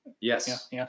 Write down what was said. Yes